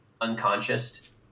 unconscious